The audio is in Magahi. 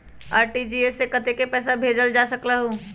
आर.टी.जी.एस से कतेक पैसा भेजल जा सकहु???